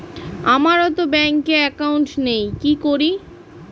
আমারতো ব্যাংকে একাউন্ট নেই কি করি?